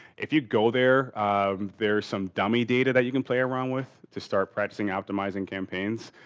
if you go there um there's some dummy data that you can play around with to start practicing optimizing campaigns.